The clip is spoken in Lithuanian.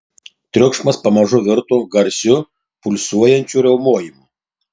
triukšmas pamažu virto garsiu pulsuojančiu riaumojimu